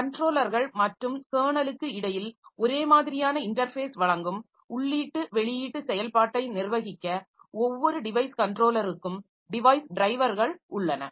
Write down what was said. கன்ட்ரோலர்கள் மற்றும் கெர்னலுக்கு இடையில் ஒரே மாதிரியான இன்டர்ஃபேஸ் வழங்கும் உள்ளீட்டு வெளியீட்டு செயல்பாட்டை நிர்வகிக்க ஒவ்வொரு டிவைஸ் கன்ட்ரோலருக்கும் டிவைஸ் டிரைவர்கள் உள்ளன